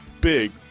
big